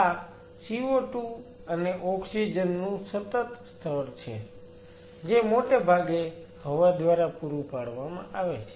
આ CO2 અને oxygen નું સતત સ્તર છે જે મોટે ભાગે હવા દ્વારા પૂરું પાડવામાં આવે છે